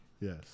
Yes